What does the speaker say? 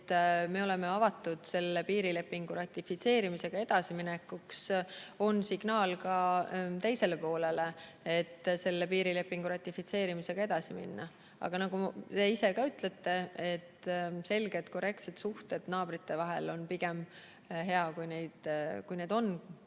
me oleme avatud selle piirilepingu ratifitseerimisega edasiminekuks, on signaal ka teisele poolele, et piirilepingu ratifitseerimisega edasi minna. Aga nagu te ise ütlete, selged, korrektsed suhted naabrite vahel – on parem, kui need on, kui